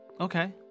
Okay